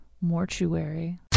Mortuary